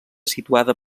situada